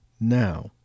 now